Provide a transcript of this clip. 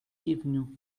guévenoux